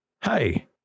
Hey